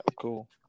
cool